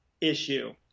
issue